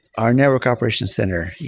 our network operations center,